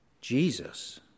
Jesus